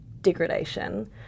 degradation